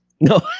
No